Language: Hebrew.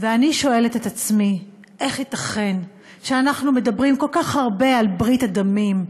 ואני שואלת את עצמי: איך ייתכן שאנחנו מדברים כל כך הרבה על ברית הדמים,